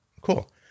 cool